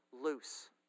loose